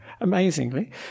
Amazingly